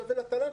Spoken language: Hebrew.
לבין התל"ן,